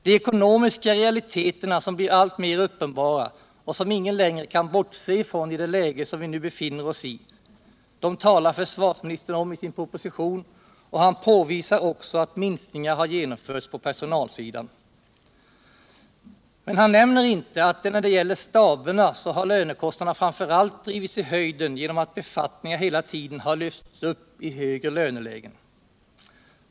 De ekonomiska realiteterna som blir alltmer uppenbara, och som ingen längre kan bortse ifrån i det läge som vi nu befinner oss i, talar försvarsministern om i sin proposition, och han framhåller också att minskningar har genomförts på personalsidan. Men han nämner inte att när det gäller staberna har lönekostnaderna framför allt drivits i höjden, därför att befattningar hela tiden har lyfts upp i högre lönelägen.